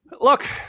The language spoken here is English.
Look